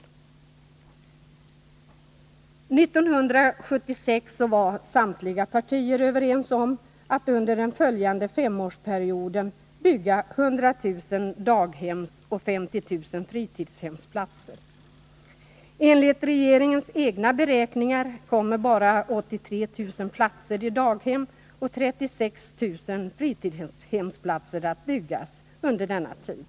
1976 var samtliga partier överens om att under den följande femårsperioden bygga 100 000 daghemsoch 50 000 fritidshemsplatser. Enligt regeringens egna beräkningar kommer bara 83 000 daghemsplatser och 36 000 fritidshemsplatser att byggas under denna tid.